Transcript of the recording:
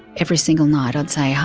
every single night i'd say,